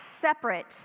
separate